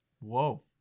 Whoa